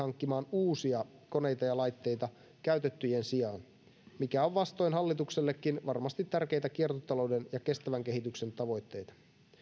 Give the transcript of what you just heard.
hankkimaan uusia koneita ja laitteita käytettyjen sijaan mikä on vastoin hallituksellekin varmasti tärkeitä kiertotalouden ja kestävän kehityksen tavoitteita